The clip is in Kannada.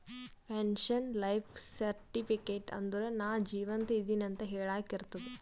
ಪೆನ್ಶನ್ ಲೈಫ್ ಸರ್ಟಿಫಿಕೇಟ್ ಅಂದುರ್ ನಾ ಜೀವಂತ ಇದ್ದಿನ್ ಅಂತ ಹೆಳಾಕ್ ಇರ್ತುದ್